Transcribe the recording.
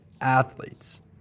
athletes